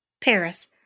Paris